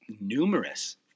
numerous